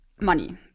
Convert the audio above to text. money